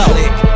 Click